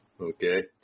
okay